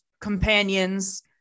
companions